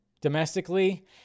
domestically